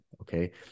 Okay